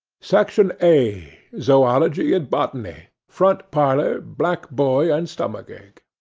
section a zoology and botany. front parlour, black boy and stomach-ache.